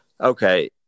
Okay